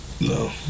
No